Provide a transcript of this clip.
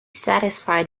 satisfied